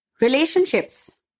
Relationships